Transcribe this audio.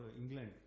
England